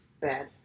bad